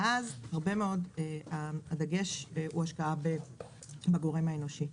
ואז הדגש הוא השקעה בגורם האנושי.